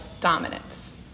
dominance